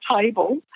table